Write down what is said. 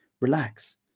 Relax